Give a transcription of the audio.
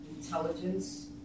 intelligence